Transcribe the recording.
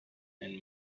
and